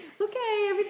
okay